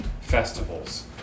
festivals